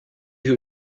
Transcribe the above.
who